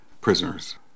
prisoners